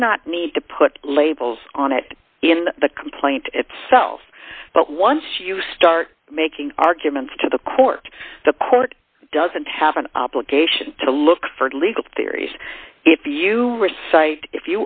may not need to put labels on it in the complaint itself but once you start making arguments to the court the court doesn't have an obligation to look for legal theories if you are site if